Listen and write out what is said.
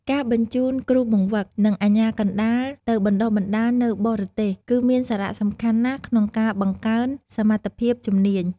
ការបញ្ជូនគ្រូបង្វឹក និងអាជ្ញាកណ្តាលទៅបណ្តុះបណ្តាលនៅបរទេស គឺមានសារៈសំខាន់ណាស់ក្នុងការបង្កើនសមត្ថភាពជំនាញ។